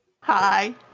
Hi